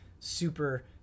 Super